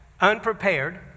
unprepared